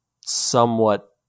somewhat